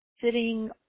Sitting